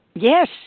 Yes